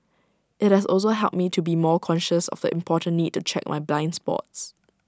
IT has also helped me to be more conscious of the important need to check my blind spots